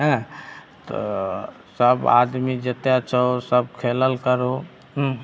हेँ तऽ सभ आदमी जतेक छहो सब खेलल करहो हुँ